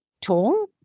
tall